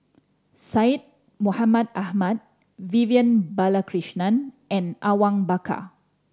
Syed Mohamed Ahmed Vivian Balakrishnan and Awang Bakar